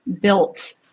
built